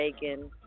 bacon